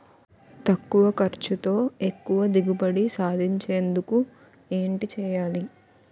తక్కువ ఖర్చుతో ఎక్కువ దిగుబడి సాధించేందుకు ఏంటి చేయాలి?